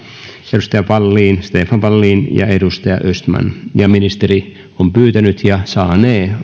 edustaja stefan wallin ja edustaja östman ja ministeri on pyytänyt ja saanee